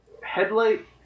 headlight